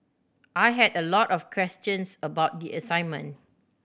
I had a lot of questions about the assignment